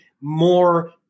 more